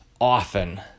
often